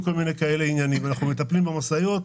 אנחנו מטפלים במשאיות.